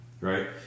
right